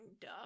duh